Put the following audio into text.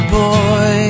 boy